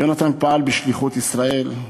יונתן פעל בשליחות ישראל.